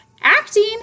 Acting